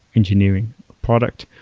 engineering, product,